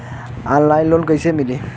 Online loan कइसे मिली?